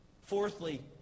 Fourthly